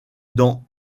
dans